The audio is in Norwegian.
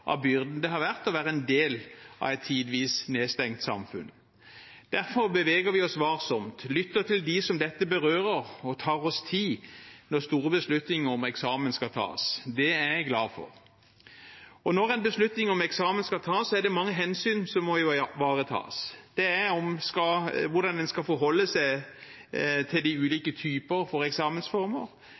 byrden det har vært å være en del av et tidvis nedstengt samfunn. Derfor beveger vi oss varsomt, lytter til dem som dette berører, og tar oss tid når store beslutninger om eksamen skal tas. Det er jeg glad for. Når en beslutning om eksamen skal tas, er det mange hensyn som må ivaretas. Det er hvordan en skal forholde seg til de ulike typer eksamensformer,